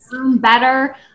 better